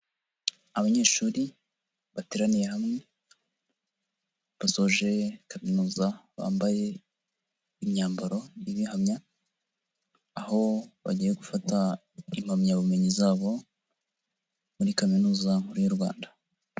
Abanyeshuri bateraniye hamwe basoje kaminuza bambaye imyambaro ibihamya, aho bagiye gufata impamyabumenyi zabo muri Kaminuza nkuru y'u Rwanda.